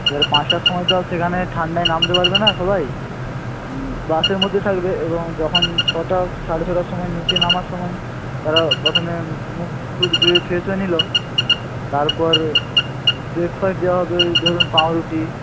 এবারে পাঁচটার সময় তো আর সেখানে ঠান্ডায় নামতে পারবে না সবাই বাসের মধ্যে থাকবে এবং যখন ছটাও কি সাড়ে ছটার সময় নিচে নামার সময় তারা প্রথমে মুখ টুখ ধুয়ে ফ্রেশ হয়ে নিল তারপর ব্রেকফাস্ট দেওয়া হবে ওই ধরুন পাউরুটি